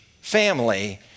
family